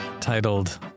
titled